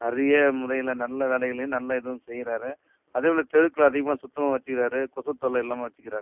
நிறைய முறையில் நல்ல வேலைகளையும் நல்ல இதுவும் செய்கிறாரு அதேபோல தெருக்களை அதிகமாக சுத்தமாக வச்சுக்கிறாரு கொசு தொல்லை இல்லாமல் வச்சுகிறாங்க